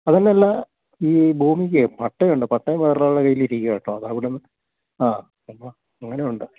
അത് നല്ല ഈ ഭൂമിക്കെ പട്ടയം ഉണ്ട് പട്ടയം വേറൊരാളുടെ കയ്യിലിരിക്കുകയാണ് കേട്ടോ അത് അവിടെ നിന്ന് ആ അങ്ങനെ ഉണ്ട്